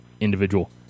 individual